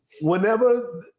Whenever